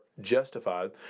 justified